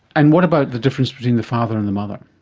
and what about the difference between the father and the mother?